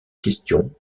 questions